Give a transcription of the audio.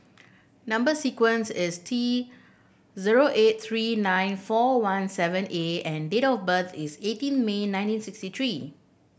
number sequence is T zero eight three nine four one seven A and date of birth is eighteen May nineteen sixty three